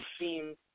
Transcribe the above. seem